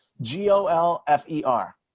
G-O-L-F-E-R